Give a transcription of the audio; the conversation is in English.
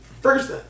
First